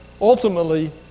ultimately